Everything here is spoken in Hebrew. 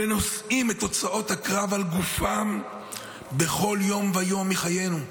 ונושאים את תוצאות הקרב על גופם בכל יום ויום מחיינו.